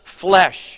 flesh